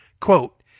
Quote